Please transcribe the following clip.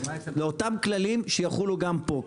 לאותם כללים שיחולו גם פה,